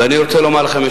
אבל אם אני מסתכל על צפיפות